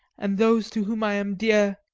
and those to whom i am dear!